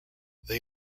they